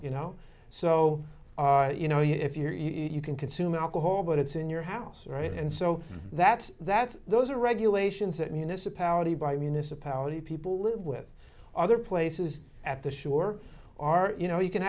you know so you know you if you're you can consume alcohol but it's in your house right and so that's that's those are regulations that municipality by municipality people live with other places at the shore are you know you can